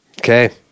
Okay